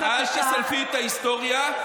אל תסלפי את ההיסטוריה,